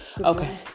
Okay